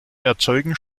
erzeugen